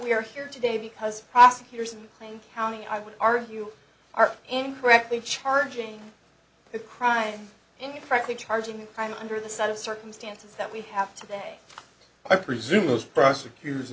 we are here today because prosecutors playing county i would argue are incorrectly charging a crime and frankly charging a crime under the sun circumstances that we have today i presume those prosecutors